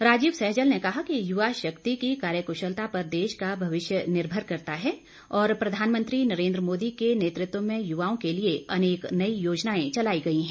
राजीव सहजल ने कहा कि युवा शक्ति की कार्यकुशलता पर देश का भविष्य निर्भर करता है और प्रधानमंत्री नरेन्द्र मोदी के नेतृत्व में युवाओं के लिए अनेक नई योजनाएं चलाई गई हैं